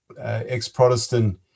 ex-Protestant